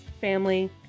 family